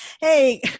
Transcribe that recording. Hey